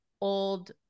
old